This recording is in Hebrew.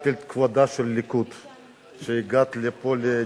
אדוני היושב-ראש,